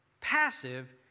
passive